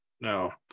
No